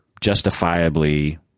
justifiably